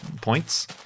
points